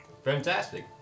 Fantastic